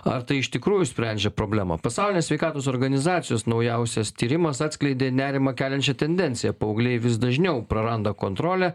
ar tai iš tikrųjų sprendžia problemą pasaulinės sveikatos organizacijos naujausias tyrimas atskleidė nerimą keliančią tendenciją paaugliai vis dažniau praranda kontrolę